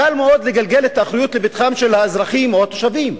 קל מאוד לגלגל את האחריות לפתחם של האזרחים או התושבים.